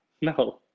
no